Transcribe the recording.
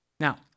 Now